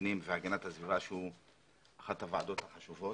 הפנים והגנת הסביבה שהיא אחת הוועדות החשובות.